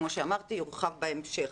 כמו שאמרתי, נרחיב על כך בהמשך.